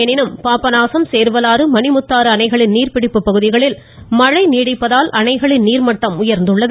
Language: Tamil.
எனினும் பாபநாசம் சேர்வலாறு மணிமுத்தாறு அணைகளின் நீர்பிடிப்பு பகுதிகளில் மழை நீடிப்பதால் அணைகளின் நீர்மட்டம் உயர்ந்துள்ளது